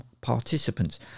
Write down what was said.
participants